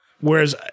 Whereas